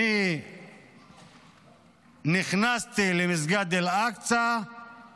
אני נכנסתי למסגד אל אקצא והתפללתי שם.